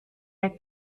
der